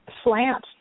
slant